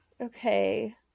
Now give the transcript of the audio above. Okay